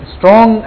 Strong